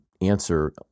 answer